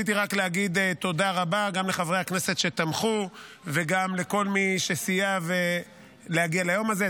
להגיד תודה רבה גם לחברי הכנסת שתמכו וגם לכל מי שסייע להגיע ליום הזה.